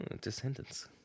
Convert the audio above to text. Descendants